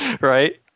Right